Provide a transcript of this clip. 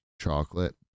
chocolate